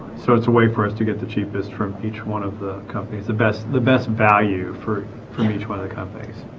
so it's a way for us to get the cheapest from each one of the companies the best the best value for from each one of the companies